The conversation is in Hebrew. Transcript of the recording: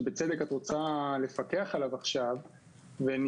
שבצדק את רוצה לפקח עליו עכשיו ונשמטה